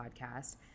podcast